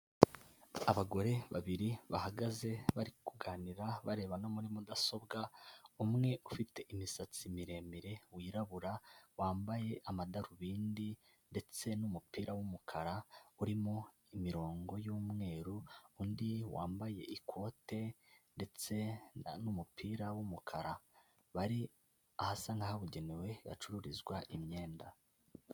Abagore babiri bahagaze, bari kuganira bareba no muri mudasobwa, umwe ufite imisatsi miremire, wirabura, wambaye amadarubindi ndetse n'umupira w'umukara urimo imirongo y'umweru, undi wambaye ikote ndetse n'umupira w'umukara, bari ahasa n'ahabugenewe hacururizwa imyenda.